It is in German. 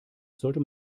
sollte